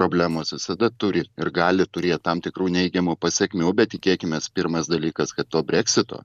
problemos visada turi ir gali turėt tam tikrų neigiamų pasekmių bet tikėkimės pirmas dalykas kad to breksito